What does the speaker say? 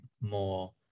more